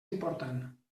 important